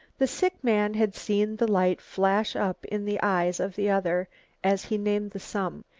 the sick man had seen the light flash up in the eyes of the other as he named the sum.